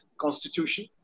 constitution